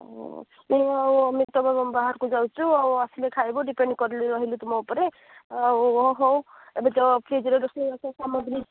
ମୁଁ ମିତନ ବାହାରକୁ ଯାଉଛୁ ଆଉ ଆସିଲେ ଖାଇବୁ ଡିପେଣ୍ଡ ରହିଲି ତୁମ ଉପରେ ଆଉ ହେଉ ଏବେ ତ ଫ୍ରୀଜରେ ରୋଷେଇବାସ ସାମଗ୍ରୀ